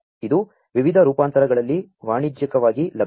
ಇದು ವಿವಿಧ ರೂ ಪಾಂ ತರಗಳಲ್ಲಿ ವಾ ಣಿಜ್ಯಿ ಕವಾ ಗಿ ಲಭ್ಯ ವಿದೆ